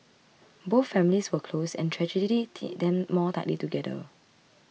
both families were close and tragedy knit them more tightly together